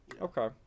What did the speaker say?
Okay